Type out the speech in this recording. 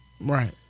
Right